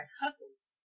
hustles